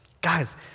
Guys